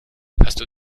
pastor